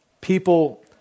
people